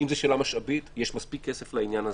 אם זה שאלה משאבית, יש מספיק כסף לעניין.